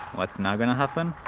what's now gonna happen?